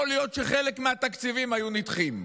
יכול להיות שחלק מהתקציבים היו נדחים.